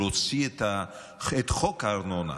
להוציא את קרן הארנונה